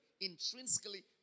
intrinsically